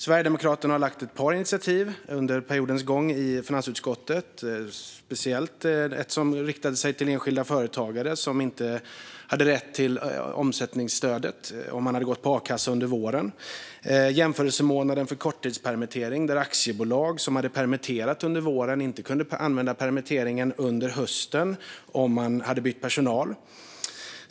Sverigedemokraterna har lagt fram ett par initiativ under periodens gång i finansutskottet, speciellt ett som riktade sig till enskilda företagare som inte hade rätt till omställningsstödet om de hade gått på a-kassa under våren. Vidare var det frågan om jämförelsemånaden för korttidspermittering där aktiebolag som hade permitterat under våren inte kunde använda sig av permittering under hösten om de hade bytt personal.